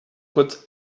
kurz